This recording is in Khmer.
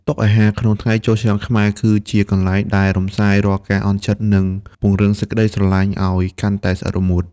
តុអាហារក្នុងថ្ងៃចូលឆ្នាំខ្មែរ គឺជាកន្លែងដែលរំសាយរាល់ការអន់ចិត្ត និងពង្រឹងសេចក្ដីស្រឡាញ់ឱ្យកាន់តែស្អិតរមួត។